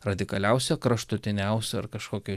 radikaliausio kraštutiniausio ar kažkokio